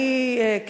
אני,